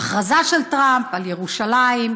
ההכרזה של טראמפ על ירושלים,